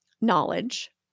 knowledge